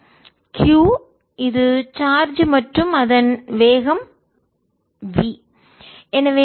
q இது charge மற்றும் அதன் வேகம் v